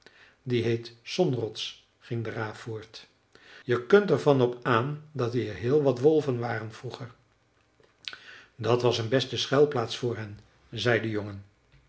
die heet de sonrots ging de raaf voort je kunt er van op aan dat hier heel wat wolven waren vroeger dat was een beste schuilplaats voor hen zei de jongen